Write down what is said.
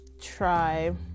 try